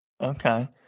Okay